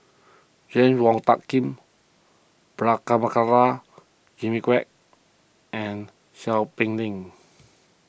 James Wong Tuck Yim Prabhakara Jimmy Quek and Seow Peck Leng